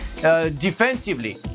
Defensively